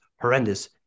horrendous